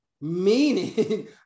meaning